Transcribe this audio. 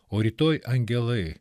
o rytoj angelai